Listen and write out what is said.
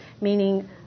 meaning